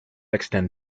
extend